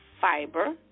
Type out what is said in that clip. fiber